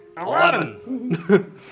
Eleven